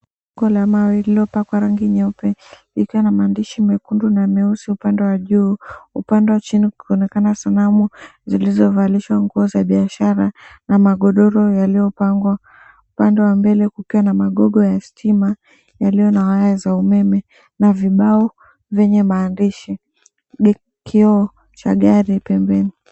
Kuna mawe lililopakwa rangi nyeupe ikiwa na maandishi mekundu na meusi upande wa juu, upande wa chini kukionekana sanamu zilizovalishwa nguo za biashara na magodoro yaliyopangwa, upande wa mbele kukiwa na magogo ya stima yaliyo na waya za umeme na vibao venye maandishi na kioo cha gari pembeni.